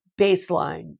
baseline